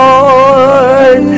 Lord